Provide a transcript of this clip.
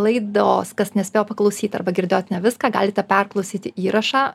laidos kas nespėjo paklausyt arba girdėjot ne viską galite perklausyti įrašą